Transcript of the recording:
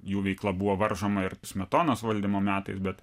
jų veikla buvo varžoma ir smetonos valdymo metais bet